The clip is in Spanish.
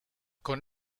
con